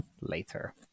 later